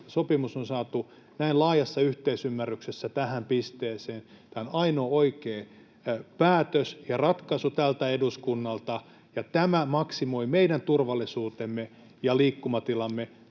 sopimus, on saatu näin laajassa yhteisymmärryksessä tähän pisteeseen. Tämä on ainoa oikea päätös ja ratkaisu tältä eduskunnalta, ja tämä maksimoi meidän turvallisuutemme ja liikkumatilamme